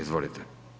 Izvolite.